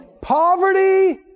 Poverty